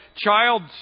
Child